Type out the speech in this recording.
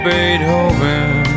Beethoven